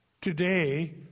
Today